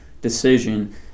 decision